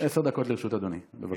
עשר דקות לרשות אדוני, בבקשה.